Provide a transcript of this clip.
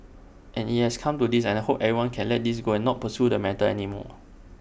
and IT has come to this and I hope everyone can let this go and not pursue the matter anymore